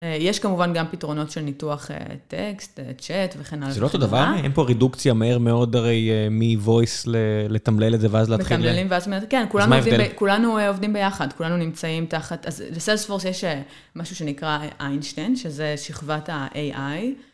יש כמובן גם פתרונות של ניתוח טקסט, צ'אט וכן הלאה. זה לא אותו דבר, אין פה רידוקציה מהר מאוד הרי מ-voice ל... לתמלל את זה ואז להתחיל. מתמללים ואז מתמללים... אז מה ההבדל? כן, כולנו עובדים ביחד, כולנו נמצאים תחת... אז לסיילספורס יש משהו שנקרא איינשטיין, שזה שכבת ה-AI.